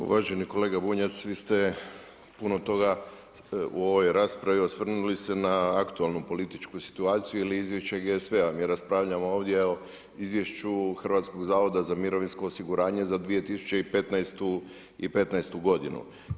Uvaženi kolega Bunjac, vi ste puno toga u ovoj raspravi osvrnuli se na aktualnu političku situaciju ili izvješće gdje sve raspravljamo ovdje o Izvješću Hrvatskog zavoda za mirovinsko osiguranje za 2015. godinu.